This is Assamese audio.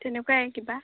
তেনেকুৱাই কিবা